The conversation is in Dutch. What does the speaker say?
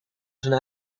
zijn